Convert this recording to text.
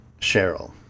Cheryl